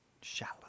Shallow